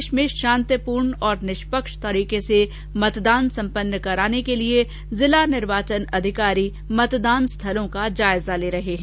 प्रदेश में शांतिपूर्ण और निष्पक्ष तरीके से मतदान सम्पन्न कराने के लिए जिला निर्वाचन अधिकारी मतदान स्थलों का जायजा ले रहे हैं